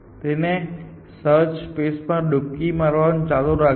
તે સર્ચ સ્પેસમાં ડૂબકી મારવાનું ચાલુ રાખશે